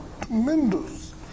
tremendous